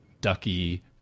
Ducky